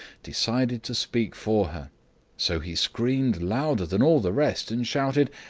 decided to speak for her so he screamed louder than all the rest, and shouted,